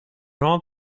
jean